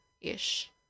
ish